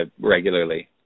regularly